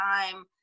time